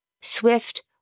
swift